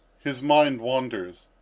his mind wanders.